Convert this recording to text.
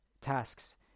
tasks